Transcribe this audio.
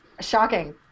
Shocking